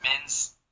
men's